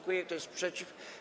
Kto jest przeciw?